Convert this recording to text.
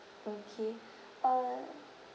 okay uh